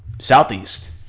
Southeast